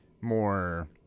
more